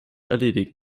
erledigen